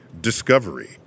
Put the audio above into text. Discovery